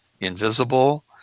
invisible